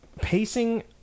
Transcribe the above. Pacing